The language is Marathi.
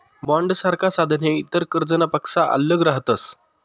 बॉण्डसारखा साधने इतर कर्जनापक्सा आल्लग रहातस